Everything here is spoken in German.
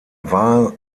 war